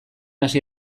hasi